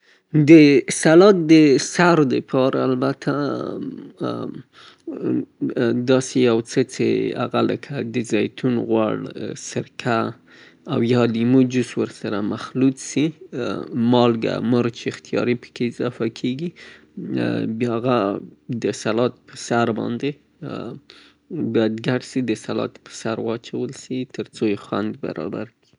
د سلاډ د پوښاک جوړولو د پاره یعني هغه څه چې پرې وپوښل سي، په یوه کڅوړه کې دری برخې غوړ او یو برخه سرکه مخلوطیږي، مالګه مرچ او هر هغه بوټی یا مصالې اضافه کیږي څې تاسې یې غواړئ، مخلوط تر هغه وخته پورې ښه وښوروئ څې ښه ګډ سي.